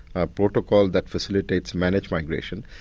a protocol that facilitates managed migration,